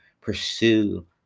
pursue